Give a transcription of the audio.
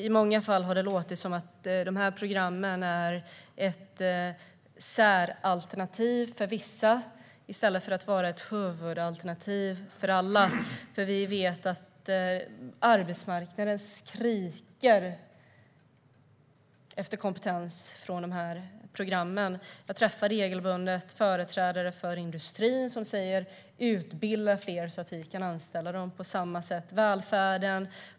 I många fall har det låtit som att programmen är ett säralternativ för vissa i stället för ett huvudalternativ för alla. Vi vet att arbetsmarknaden skriker efter kompetens från de här programmen. Jag träffar regelbundet företrädare för industrin som säger: Utbilda fler så att vi kan anställa dem! På samma sätt är det när det gäller välfärden.